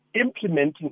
implementing